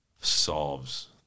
solves